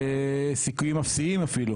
סיכויים אפסיים אפילו